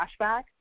flashback